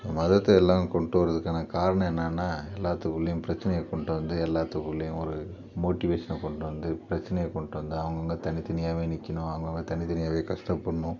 மதத்தை எல்லாம் கொண்டு வரதுக்கான காரணம் என்னென்னால் எல்லாத்துக்குள்ளையும் பிரச்சினைய கொண்டு வந்து எல்லாத்துக்குள்ளையும் ஒரு மோட்டிவேஷனை கொண்டு வந்து பிரச்சினைய கொண்டு வந்து அவங்கவுங்க தனித்தனியாகவே நிற்கணும் அவங்கவுங்க தனித்தனியாகவே கஷ்டப்படணும்